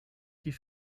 die